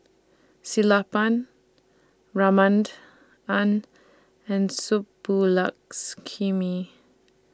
Sellapan An and Subbulakshmi